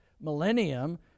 millennium